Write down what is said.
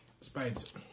spades